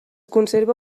conserva